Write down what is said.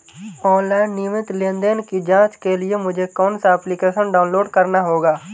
Online नियमित लेनदेन की जांच के लिए मुझे कौनसा एप्लिकेशन डाउनलोड करना होगा?